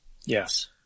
Yes